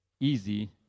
easy